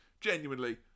Genuinely